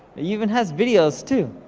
even has videos too.